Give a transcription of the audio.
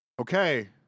okay